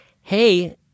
hey